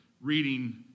reading